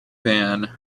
van